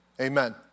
Amen